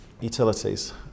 Utilities